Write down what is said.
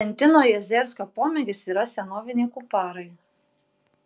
valentino jazersko pomėgis yra senoviniai kuparai